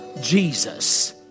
Jesus